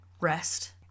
rest